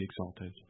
exalted